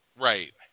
Right